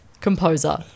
composer